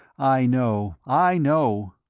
i know i know.